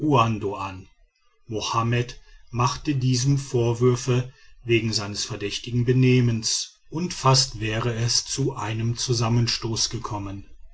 an mohammed machte diesem vorwürfe wegen seines verdächtigen benehmens und fast wäre es zu einem zusammenstoß gekommen